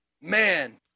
man